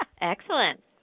Excellent